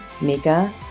Mika